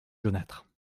jaunâtres